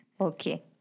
Okay